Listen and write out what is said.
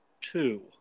two